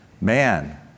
man